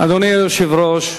אדוני היושב-ראש,